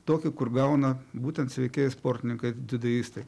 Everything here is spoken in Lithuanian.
tokį kur gauna būtent sveikieji sportininkai dziudoistai